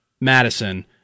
Madison